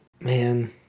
man